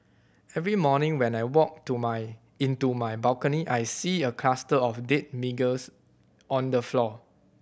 every morning when I walk to my into my balcony I see a cluster of dead on the floor